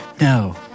No